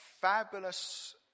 fabulous